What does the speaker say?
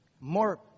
more